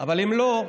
אבל אם לא,